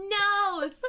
No